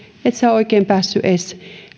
sinä ole oikein päässyt edes